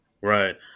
Right